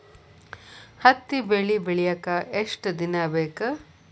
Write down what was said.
ಹತ್ತಿ ಬೆಳಿ ಬೆಳಿಯಾಕ್ ಎಷ್ಟ ದಿನ ಬೇಕ್?